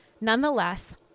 Nonetheless